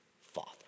Father